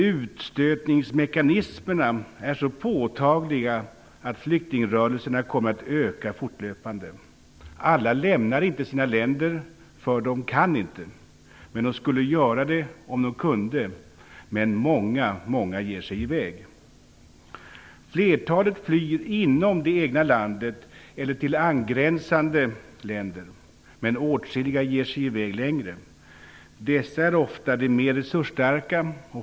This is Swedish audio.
utstötningsmekanismerna är så påtagliga att flyktingrörelserna kommer att öka fortlöpande. Alla lämnar inte sina länder, eftersom de inte kan. De skulle göra det om de kunde. Men många många ger sig i väg. Flertalet flyr inom det egna landet eller till angränsande länder. Men åtskilliga ger sig i väg längre. Dessa är ofta mer resursstarka.